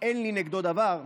אין לי נגדו דבר,